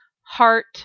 heart